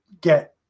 get